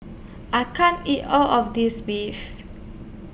I can't eat All of This Beef